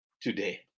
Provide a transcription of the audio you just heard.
today